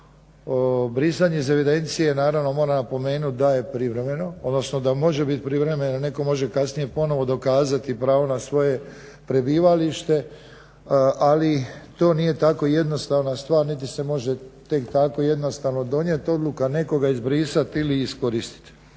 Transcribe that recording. Brisanje iz evidencije naravno moram napomenuti da je privremeno odnosno da može biti privremeno. Netko može kasnije ponovno dokazati pravo na svoje prebivalište ali to nije tako jednostavna stvar niti se može tek tako jednostavno donijeti odluka nekoga izbrisati ili iskoristiti.